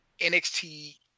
NXT